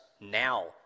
Now